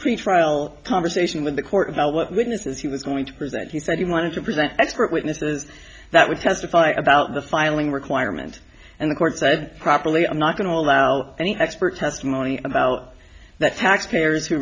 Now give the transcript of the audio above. pretrial conversation with the court about what witnesses he was going to present he said he wanted to present expert witnesses that would testify about the filing requirement and the court said properly i'm not going to allow any expert testimony about the taxpayers who